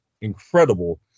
incredible